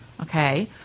Okay